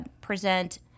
present